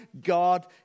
God